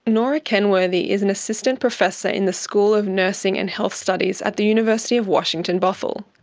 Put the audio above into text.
nora kenworthy is an assistant professor in the school of nursing and health studies at the university of washington, bothell.